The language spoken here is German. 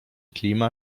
klima